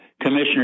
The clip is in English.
commissioner